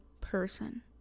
person